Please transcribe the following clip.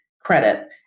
credit